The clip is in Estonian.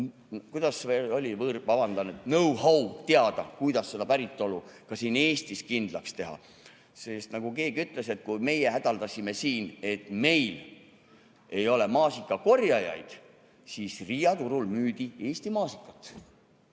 kuidas see oli, vabandan, know-howteada, kuidas seda päritolu ka Eestis kindlaks teha. Sest nagu keegi ütles, et kui meie hädaldasime siin, et meil ei ole maasikakorjajaid, siis Riia turul müüdi Eesti maasikat.